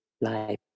life